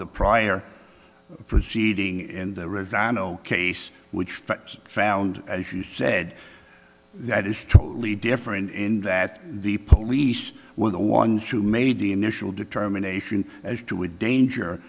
the prior proceeding and the resigned no case which found as you said that is totally different and that the police were the ones who made the initial determination as to a danger